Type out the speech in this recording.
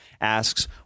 asks